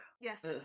Yes